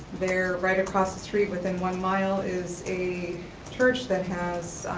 there right across the street within one mile is a church that has